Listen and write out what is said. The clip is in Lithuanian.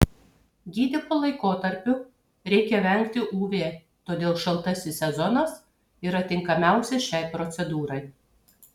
gydymo laikotarpiu reikia vengti uv todėl šaltasis sezonas yra tinkamiausias šiai procedūrai